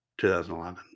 2011